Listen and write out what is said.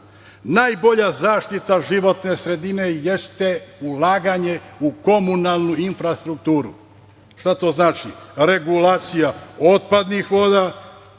Najbolja zaštita životne sredine jeste ulaganje u komunalnu infrastrukturu. Šta to znači? To znači - regulacija otpadnih voda,